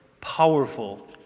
powerful